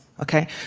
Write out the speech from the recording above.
Okay